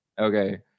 okay